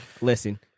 Listen